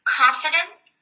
confidence